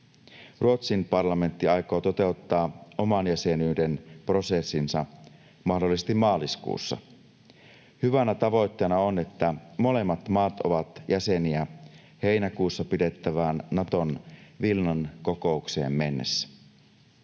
Ruotsin parlamentti aikoo toteuttaa oman jäsenyyden prosessinsa mahdollisesti maaliskuussa. Hyvänä tavoitteena on, että molemmat maat ovat jäseniä heinäkuussa pidettävään Naton Vilnan-kokoukseen mennessä.